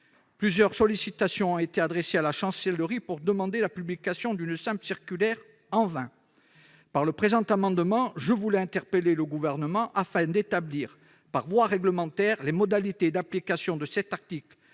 Plusieurs sollicitations ont été adressées à la Chancellerie pour demander la publication d'une simple circulaire, en vain. Par le présent amendement, je voulais interpeller le Gouvernement, afin d'établir par voie réglementaire les modalités d'application de cet article